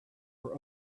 were